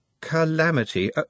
calamity